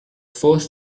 forced